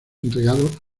entregado